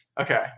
Okay